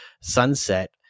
sunset